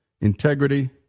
integrity